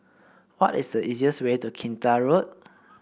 what is the easiest way to Kinta Road